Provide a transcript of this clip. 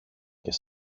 και